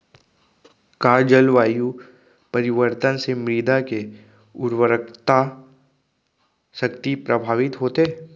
का जलवायु परिवर्तन से मृदा के उर्वरकता शक्ति प्रभावित होथे?